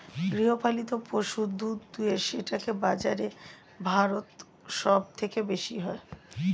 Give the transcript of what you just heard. গৃহপালিত পশু দুধ দুয়ে সেটাকে বাজারে ভারত সব থেকে বেশি হয়